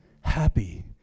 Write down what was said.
happy